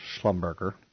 Schlumberger